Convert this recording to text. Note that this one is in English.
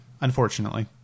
Unfortunately